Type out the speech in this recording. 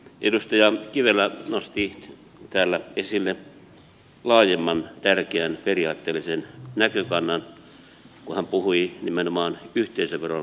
edustaja kivelä nosti täällä esille laajemman ja tärkeän periaatteellisen näkökannan kun hän puhui nimenomaan yhteisöveron kevennyksistä